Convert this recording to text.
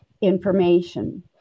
information